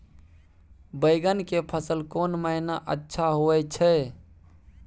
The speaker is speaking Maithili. बैंगन के फसल कोन महिना अच्छा होय छै?